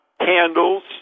candles